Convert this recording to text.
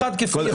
הפיילוט.